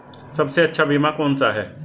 सबसे अच्छा बीमा कौन सा है?